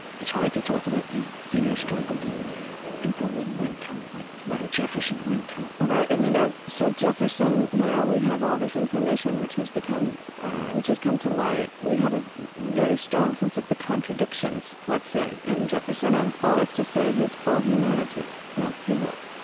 it's hard to talk about the inner struggle that people went through, what a jefferson went through right, and you know, so jefferson now we have all this information, which has become which has come to light. we have a very strong sense of the contradictions, let's say, in jefferson and well, let's just say his full humanity well, yeah.